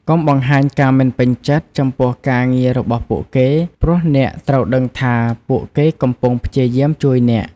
កុំបង្ហាញការមិនពេញចិត្ត ចំពោះការងាររបស់ពួកគេ ព្រោះអ្នកត្រូវដឹងថាពួកគេកំពុងព្យាយាមជួយអ្នក។